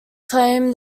claimed